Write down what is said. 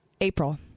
April